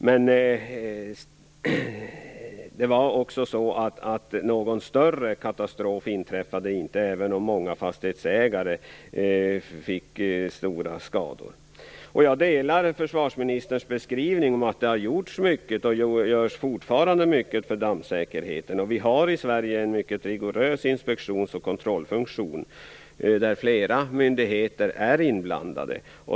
Men det inträffade inte någon större katastrof, även om många fastighetsägare fick stora skador på sina hus. Jag instämmer i försvarsministerns beskrivning, att det har gjorts och görs fortfarande mycket för dammsäkerheten. Vi har i Sverige en mycket rigorös inspektions och kontrollfunktion där flera myndigheter är inblandade.